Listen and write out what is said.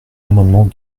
amendement